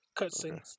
cutscenes